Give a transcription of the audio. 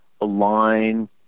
align